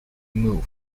move